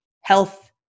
health